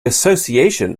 association